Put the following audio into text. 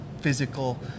physical